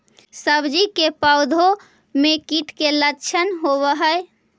सब्जी के पौधो मे कीट के लच्छन होबहय?